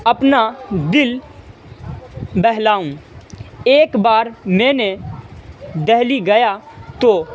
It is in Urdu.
اپنا دل بہلاؤں ایک بار میں نے دہلی گیا تو